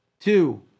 two